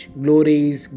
glories